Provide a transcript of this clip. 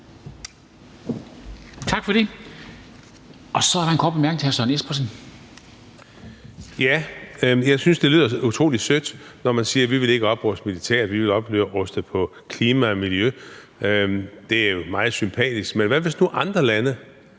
Tak for det. Og så er der en kort bemærkning fra hr. Søren Espersen. Kl. 14:17 Søren Espersen (DF): Jeg synes, det lyder utrolig sødt, når man siger: Vi vil ikke opruste militært, vi vil opruste på klima og miljø. Det er jo meget sympatisk. Men hvad nu, hvis andre lande